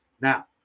Now